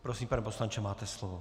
Prosím, pane poslanče, máte slovo.